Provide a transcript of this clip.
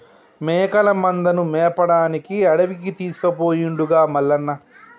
మేకల మందను మేపడానికి అడవికి తీసుకుపోయిండుగా మల్లన్న